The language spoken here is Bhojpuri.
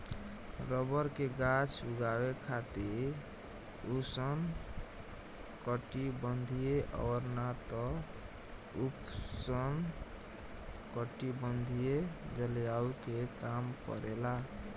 रबर के गाछ उगावे खातिर उष्णकटिबंधीय और ना त उपोष्णकटिबंधीय जलवायु के काम परेला